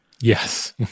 Yes